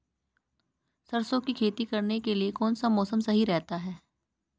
सरसों की खेती करने के लिए कौनसा मौसम सही रहता है?